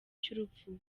cy’urupfu